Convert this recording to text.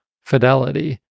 fidelity